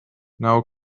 now